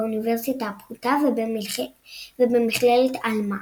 באוניברסיטה הפתוחה ובמכללת עלמא.